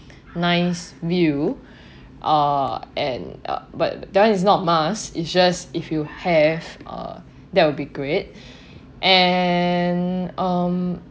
nice view uh and uh but that one is not a must is just if you have uh that would be great and um